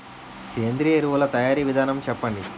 సేంద్రీయ ఎరువుల తయారీ విధానం చెప్పండి?